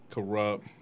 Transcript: Corrupt